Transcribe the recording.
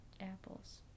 apples